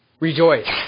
rejoice